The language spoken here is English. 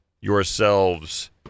yourselves